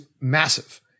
massive